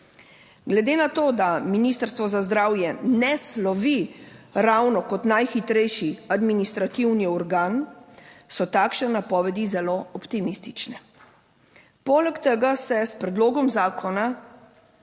Glede na to, da Ministrstvo za zdravje ne slovi ravno kot najhitrejši administrativni organ, so takšne napovedi zelo optimistične. Poleg tega se s predlogom zakona